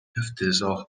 افتضاح